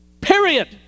period